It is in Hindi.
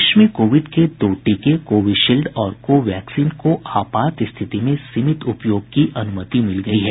देश में कोविड के दो टीके कोविशील्ड और को वैक्सीन को आपात स्थिति में सीमित उपयोग की अनुमति मिल गयी है